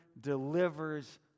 delivers